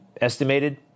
estimated